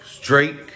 Drake